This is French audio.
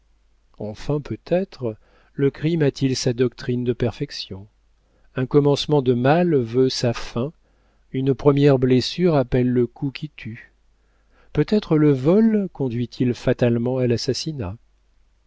enfin peut-être le crime a-t-il sa doctrine de perfection un commencement de mal veut sa fin une première blessure appelle le coup qui tue peut-être le vol conduit il fatalement à l'assassinat